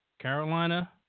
Carolina